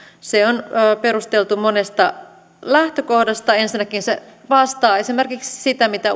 se on perusteltu monesta lähtökohdasta ensinnäkin se vastaa esimerkiksi sitä mitä